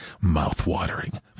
Mouth-watering